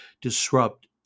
disrupt